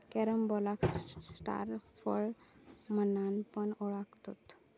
कॅरम्बोलाक स्टार फळ म्हणान पण ओळखतत